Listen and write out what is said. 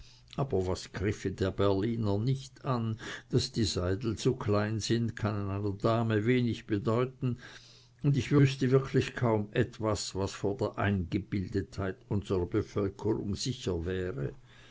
aber was griffe der berliner nicht an daß die seidel zu klein sind kann einer dame wenig bedeuten und ich wüßte wirklich kaum etwas was vor der eingebildetheit unserer bevölkerung sicher wäre